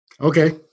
Okay